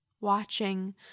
watching